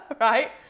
right